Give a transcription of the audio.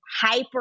hyper